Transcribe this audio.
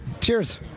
Cheers